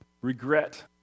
regret